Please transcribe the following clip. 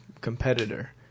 competitor